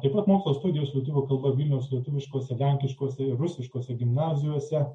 taip pat mokslo studijos lietuvių kalba vilniaus lietuviškose lenkiškose ir rusiškose gimnazijose